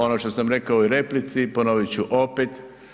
Ono što sam rekao i u replici, ponovit ću opet.